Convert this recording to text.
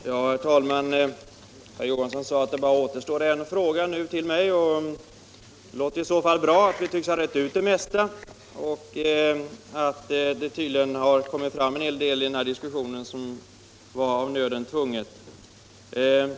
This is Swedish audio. Herr talman! Herr Olof Johansson sade att det nu återstår bara en fråga till mig. Det låter bra att vi tycks ha rett yt det mesta och att det tydligen har kommit fram en hel del i den här diskussionen som var av nöden tvunget.